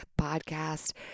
podcast